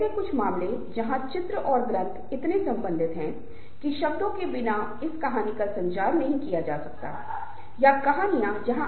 कई और चरण हो सकते हैं क्योंकि प्रत्येक समूह और प्रत्येक कार्य अद्वितीय है